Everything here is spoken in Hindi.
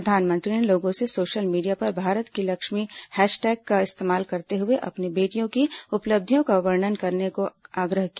प्रधानमंत्री ने लोगों से सोशल मीडिया पर भारत की लक्ष्मी हैशटैग का इस्तेमाल करते हुए अपनी बेटियों की उपलब्धियों का वर्णन करने का आग्रह किया